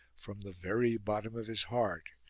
from the very bottom of his heart,